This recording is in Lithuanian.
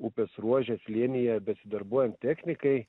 upės ruože slėnyje besidarbuojant technikai